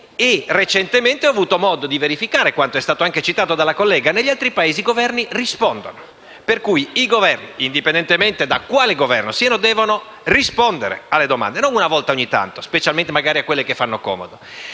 Recentemente ho avuto modo di verificare quanto è stato citato dalla collega: negli altri Paesi i Governi rispondono. I Governi, indipendentemente da quali siano, devono rispondere alle domande, e non farlo una volta ogni tanto, specialmente a quelle che fanno comodo.